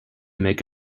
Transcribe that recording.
make